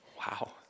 Wow